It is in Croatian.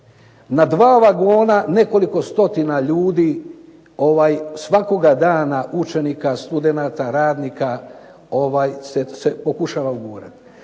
Na dva vagona nekoliko stotina ljudi svakoga dana učenika, studenata, radnika se pokušava ugurati.